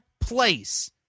place